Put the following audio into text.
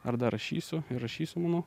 ar dar rašysiu rašysiu manau